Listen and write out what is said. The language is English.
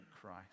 Christ